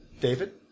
David